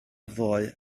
ddoe